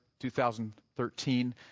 2013